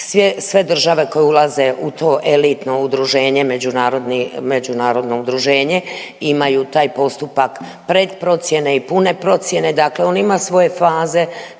sve države koje ulaze u to elitno udruženje međunarodni, međunarodno udruženje imaju taj postupak pred procijene i pune procijene, dakle on ima svoje faze,